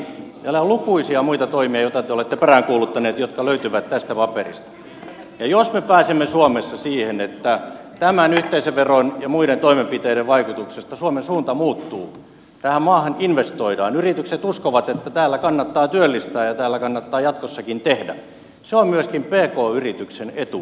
täällä on lukuisia muita toimia joita te olette peräänkuuluttaneet jotka löytyvät tästä paperista ja jos me pääsemme suomessa siihen että tämän yhteisöveron ja muiden toimenpiteiden vaikutuksesta suomen suunta muuttuu tähän maahan investoidaan yritykset uskovat että täällä kannattaa työllistää ja täällä kannattaa jatkossakin tehdä se on myöskin pk yrityksen etu